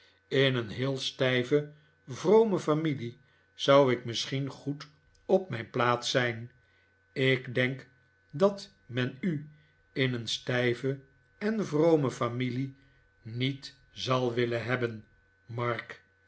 in een heel stijve vrome familie zou ik misschien goed dp mijn plaats zijn ik denk dat men u in een stijve en vrome farailie niet zal willen hebben mark